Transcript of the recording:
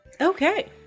Okay